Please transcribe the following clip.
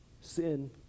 Sin